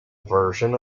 version